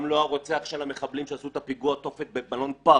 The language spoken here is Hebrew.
גם לא המחבלים שעשו את פיגוע התופת במלון פארק